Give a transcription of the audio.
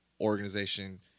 organization